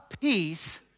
peace